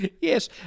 Yes